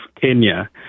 Kenya